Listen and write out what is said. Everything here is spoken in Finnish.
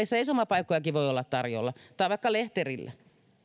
seisomapaikkojakin voi olla tarjolla tai paikkoja vaikka lehterillä